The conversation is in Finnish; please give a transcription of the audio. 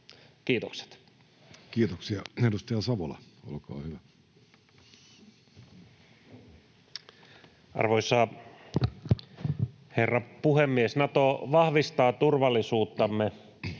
Kiitokset. Kiitoksia. — Edustaja Savola, olkaa hyvä. Arvoisa herra puhemies! Nato vahvistaa turvallisuuttamme.